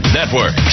Network